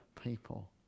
people